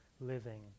living